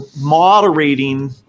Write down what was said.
moderating